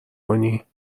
کنی